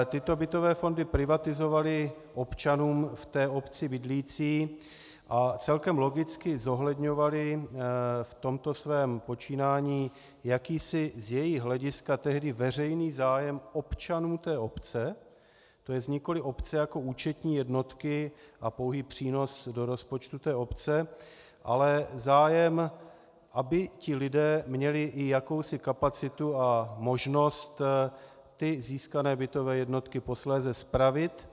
Tyto bytové fondy privatizovaly občanům v té obci bydlícím a celkem logicky zohledňovaly v tomto svém počínání jakýsi z jejich hlediska veřejný zájem občanů té obce, to jest nikoli obce jako účetní jednotky a pouhý přínos do rozpočtu té obce, ale zájem, aby ti lidé měli i jakousi kapacitu a možnost získané bytové jednotky posléze spravit.